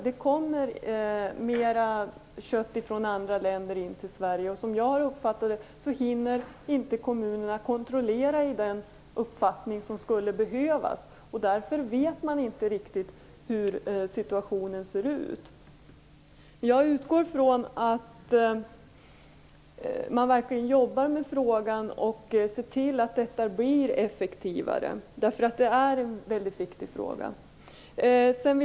Det kommer mer kött från andra länder in i Sverige, och som jag har uppfattat det hinner inte kommunerna kontrollera i den omfattning som skulle behövas. Därför vet man inte riktigt hur situationen är. Jag utgår från att man verkligen jobbar med den frågan och ser till att detta blir effektivare. Det är en mycket viktig fråga.